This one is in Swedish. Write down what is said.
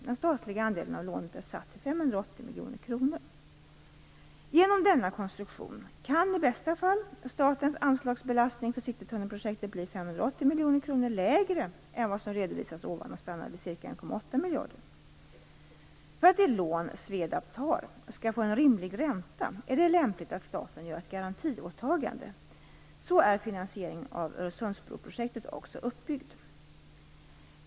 Den statliga andelen av lånet är satt till 580 Genom denna konstruktion kan, i bästa fall, statens anslagsbelastning för citytunnelprojektet bli 580 miljoner kronor lägre än vad som redovisats ovan och stanna vid ca 1,8 miljarder. För att det lån som SVEDAB tar skall få en rimlig ränta är det lämpligt att staten gör ett garantiåtagande. Så är finansieringen av Öresundsbroprojektet också uppbyggd.